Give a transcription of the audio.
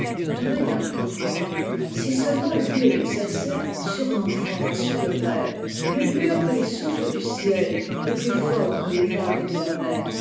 douée d'un pouvoir si seulement elle voulait l'exercer sur l'enfant et sur le père plus pur que les souffles du ciel et plus fort que les vagues de la mer